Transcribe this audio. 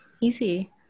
Easy